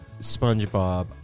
SpongeBob